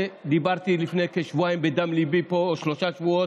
דיברתי בדם ליבי פה לפני שבועיים או שלושה שבועות,